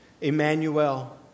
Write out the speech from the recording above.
Emmanuel